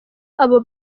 abo